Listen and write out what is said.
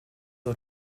are